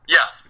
Yes